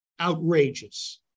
outrageous